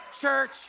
church